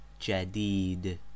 Jadid